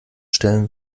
stellen